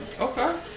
Okay